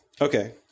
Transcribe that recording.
Okay